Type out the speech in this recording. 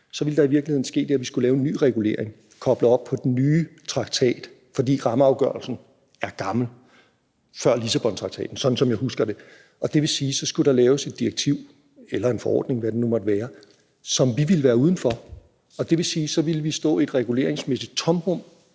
Der ville i virkeligheden ske det, at vi skulle lave en ny regulering koblet op på den nye traktat, fordi rammeafgørelsen er gammel. Den ligger nemlig før Lissabontraktaten, sådan som jeg husker det. Det vil sige, at så skulle der laves et direktiv eller en forordning – hvad det nu måtte være – som vi ville stå uden for. Det vil sige, at vi ville stå i et reguleringsmæssigt tomrum,